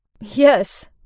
Yes